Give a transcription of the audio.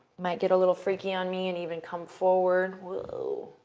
might get a little freaky on me and even come forward. whoa.